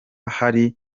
hari